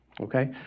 Okay